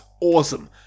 Awesome